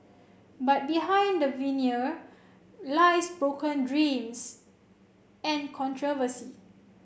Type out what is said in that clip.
but behind the veneer lies broken dreams and controversy